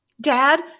Dad